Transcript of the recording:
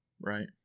right